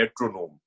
metronome